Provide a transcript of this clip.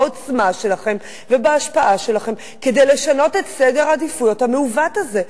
בעוצמה שלכם ובהשפעה שלכם כדי לשנות את סדר העדיפויות המעוות הזה.